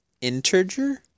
Integer